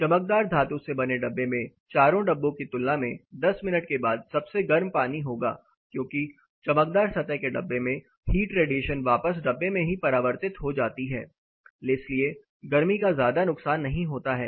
चमकदार धातु से बने डब्बे में 4 डब्बों की तुलना में 10 मिनट के बाद सबसे गर्म पानी होगा क्योंकि चमकदार सतह के डब्बे में हीट रेडिएशन वापस डब्बे में ही परावर्तित हो जाती है इसलिए गर्मी का ज्यादा नुकसान नहीं होता है